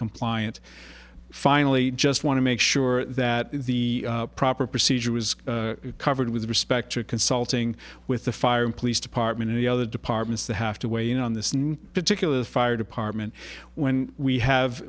compliant finally just want to make sure that the proper procedure was covered with respect to consulting with the fire and police department and the other departments that have to weigh in on this particular fire department when we have